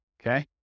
Okay